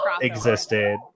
existed